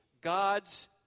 God's